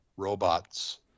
robots